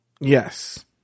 Yes